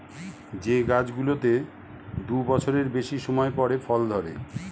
যে গাছগুলোতে দু বছরের বেশি সময় পরে ফল ধরে